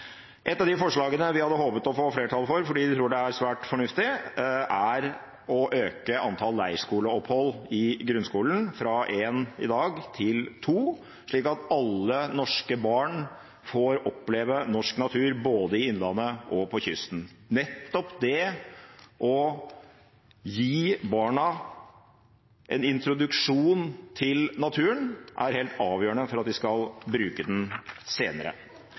Et av de forslagene vi hadde håpet å få flertall for, fordi vi tror det er svært fornuftig, er å øke antall leirskoleopphold i grunnskolen fra ett i dag til to, slik at alle norske barn får oppleve norsk natur både i innlandet og på kysten. Nettopp det å gi barna en introduksjon til naturen er helt avgjørende for at de skal bruke den senere.